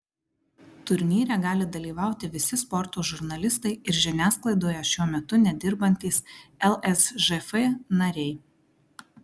turnyre gali dalyvauti visi sporto žurnalistai ir žiniasklaidoje šiuo metu nedirbantys lsžf nariai